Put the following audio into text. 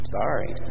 sorry